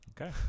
Okay